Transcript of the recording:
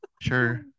Sure